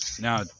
Now